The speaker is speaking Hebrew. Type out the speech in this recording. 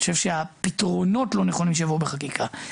אני חושב שהפתרונות שיבואו בחקיקה לא יהיו נכונים.